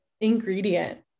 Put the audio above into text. ingredient